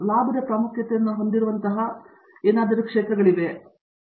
ಲಾಭದ ಪ್ರಾಮುಖ್ಯತೆಯನ್ನು ಹೊಂದಿರುವಂತಹವು ನಿಮಗೆ ಅವಕಾಶ ನೀಡಬಹುದು ನಾವು ಕಳೆದ 5 ವರ್ಷಗಳು ಅಥವಾ ಅದನ್ನೇ ಹೇಳುತ್ತೇವೆ